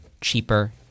cheaper